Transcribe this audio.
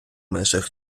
межах